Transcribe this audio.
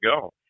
go